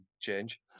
change